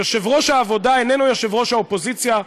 יושב-ראש העבודה איננו יושב-ראש האופוזיציה,